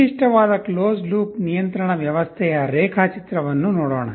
ವಿಶಿಷ್ಟವಾದ closed loop ನಿಯಂತ್ರಣ ವ್ಯವಸ್ಥೆಯ ರೇಖಾಚಿತ್ರವನ್ನು ನೋಡೋಣ